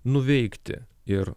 nuveikti ir